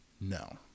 No